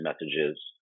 messages